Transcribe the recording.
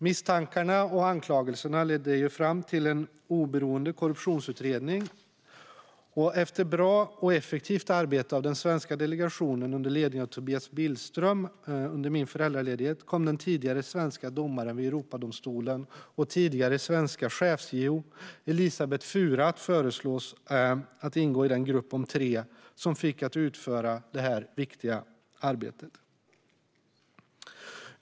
Misstankarna och anklagelserna ledde fram till att en oberoende korruptionsutredning tillsattes. Efter bra och effektivt arbete av den svenska delegationen under ledning av Tobias Billström under min föräldraledighet kom den tidigare svenska domaren vid Europadomstolen och tidigare svenska chefs-JO Elisabet Fura att föreslås att ingå i gruppen om tre som fick utföra det viktiga arbetet.